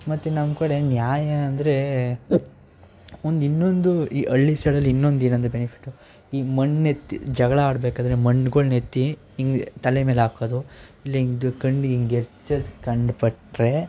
ಮತ್ತೆ ನಮ್ಮ ಕಡೆ ನ್ಯಾಯ ಅಂದ್ರೆ ಒಂದು ಇನ್ನೊಂದು ಈ ಹಳ್ಳಿ ಸೈಡಲ್ಲಿ ಇನ್ನೊಂದೇನಂದರೆ ಬೆನಿಫಿಟು ಈ ಮಣ್ಣೆತ್ತಿ ಜಗಳ ಆಡಬೇಕಾದ್ರೆ ಮಣ್ಣ್ಗಳನ್ನು ಎತ್ತಿ ಹಿಂಗೆ ತಲೆ ಮೇಲೆ ಹಾಕೋದು ಇಲ್ಲ ಹಿಂಗೆ ಇದು ಕಣ್ಣಿಗೆ ಹಿಂಗೆ ಎರಚೋದು ಕಂಡ್ಬಿಟ್ರೆ